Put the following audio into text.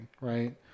right